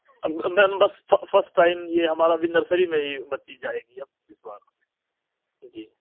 بس first time یہ ہمارا ابھی نرسری میں ہی بچی جائے گی اب اس بار جی